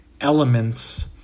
elements